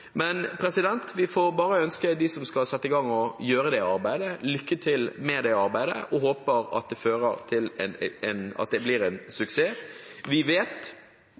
Men vi får bare ønske dem som skal sette i gang og gjøre det arbeidet, lykke til med arbeidet, og håpe at det blir en suksess. Vi vet